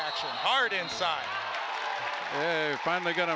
actually hard inside finally go